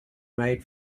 made